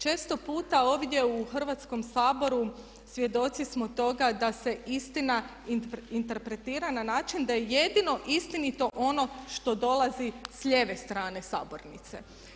Često puta ovdje u Hrvatskom saboru svjedoci smo toga da se istina interpretira na način da je jedino istinito ono što dolazi s lijeve strane sabornice.